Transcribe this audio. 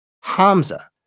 Hamza